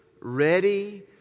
ready